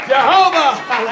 Jehovah